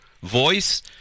voice